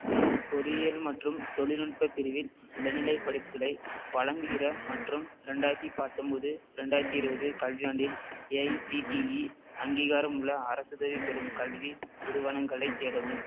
பொறியியல் மற்றும் தொழில்நுட்ப பிரிவில் இளநிலைப் படிப்புகளை வழங்குகிற மற்றும் ரெண்டாயிரத்தி பத்தொன்பது ரெண்டாயிரத்தி இருவது கல்வியாண்டில் ஏஐசிடிஇ அங்கீகாரமுள்ள அரசுதவி பெறும் கல்வி நிறுவனங்களைத் தேடவும்